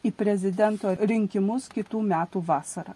į prezidento rinkimus kitų metų vasarą